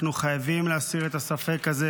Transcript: אנחנו חייבים להסיר את הספק הזה,